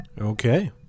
Okay